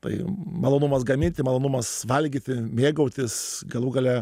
tai malonumas gaminti malonumas valgyti mėgautis galų gale